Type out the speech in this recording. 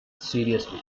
seriously